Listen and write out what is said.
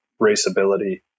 raceability